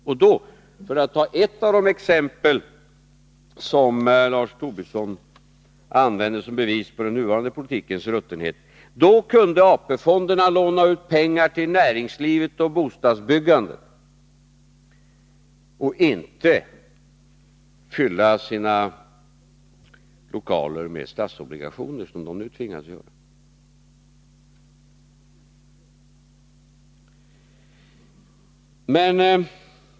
Och då — för att ta ett av de exempel som Lars Tobisson använder som bevis på den nuvarande politikens ruttenhet — kunde AP-fonderna låna ut pengar till näringsliv och bostadsbyggande, i stället för att fylla sina lokaler med statsobligationer, som de nu tvingas göra.